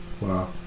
Wow